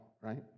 right